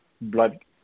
blood